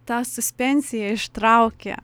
tą suspensiją ištraukė